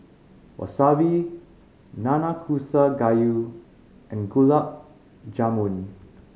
Wasabi Nanakusa Gayu and Gulab Jamun